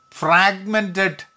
fragmented